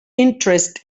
interest